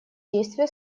действия